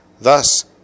Thus